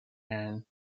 and